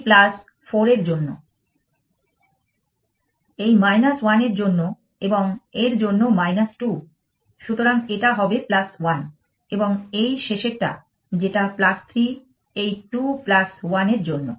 এই প্লাস 4 এর জন্য এই 1 এর জন্য এবং এর জন্য 2 সুতরাং এটা হবে 1 এবং এই শেষের টা যেটা 3 এই 2 1 এর জন্য